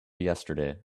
yesterday